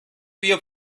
بیا